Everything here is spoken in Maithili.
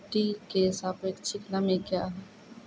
मिटी की सापेक्षिक नमी कया हैं?